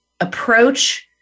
approach